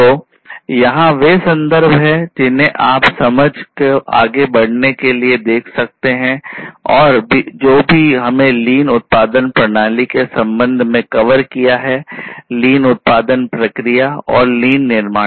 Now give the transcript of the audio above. तो यहाँ वे संदर्भ हैं जिन्हें आप समझ को आगे बढ़ाने के लिए देख सकते हैं जो भी हमने लीन निर्माण